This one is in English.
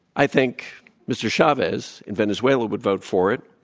i think mr. chavez in venezuela would vote for it,